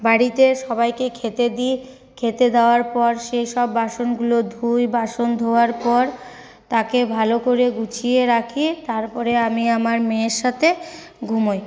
বাড়িতে সবাইকে খেতে দি খেতে দেওয়ার পর সেই সব বাসনগুলো ধুই বাসন ধোয়ার পর তাকে ভালো করে গুছিয়ে রাখি তারপরে আমি আমার মেয়ের সাথে ঘুমোই